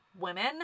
women